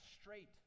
straight